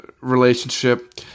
relationship